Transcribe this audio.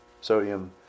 sodium